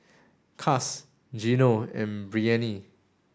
Cas Gino and Breanne